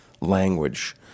language